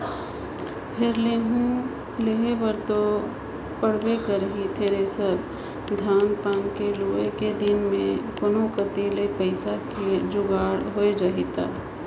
फेर लेहूं लेहे बर तो पड़बे करही थेरेसर, धान पान के लुए के दिन मे कोनो कति ले पइसा के जुगाड़ होए जाही त